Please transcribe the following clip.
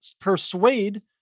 persuade